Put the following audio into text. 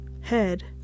head